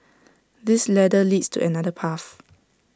this ladder leads to another path